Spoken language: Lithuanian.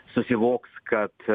susivoks kad